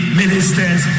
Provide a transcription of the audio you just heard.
ministers